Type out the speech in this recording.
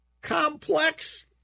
complex